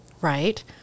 right